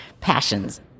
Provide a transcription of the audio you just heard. passions